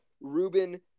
Ruben